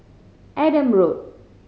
Adam Road